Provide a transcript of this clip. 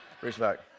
Respect